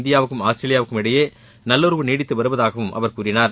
இந்தியாவுக்கும் ஆஸ்திரேலியாவுக்கும் இடையே நல்லுறவு நீடித்து வருவதாக அவர் பல ஆண்டுகளாக கூறினார்